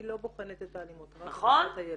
היא לא בוחנת את האלימות, רק את טובת הילד.